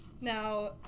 Now